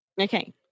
Okay